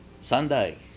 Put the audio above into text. Sunday